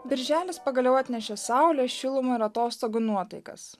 birželis pagaliau atnešė saulę šilumą ir atostogų nuotaikas